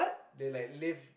they like live